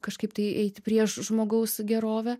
kažkaip tai eiti prieš žmogaus gerovę